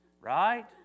Right